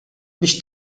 biex